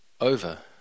over